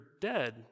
dead